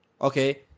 Okay